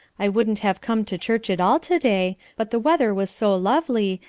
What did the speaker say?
i wouldn't have come to church at all to-day but the weather was so lovely,